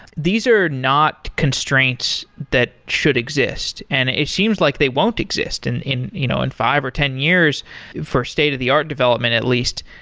these are not constraints that should exist, and it seems like they won't exist and in you know and five or ten years for state of the art and development at least.